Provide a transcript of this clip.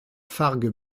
fargue